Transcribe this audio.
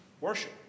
worship